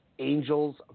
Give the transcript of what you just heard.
Angels